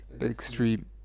extreme